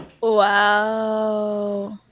Wow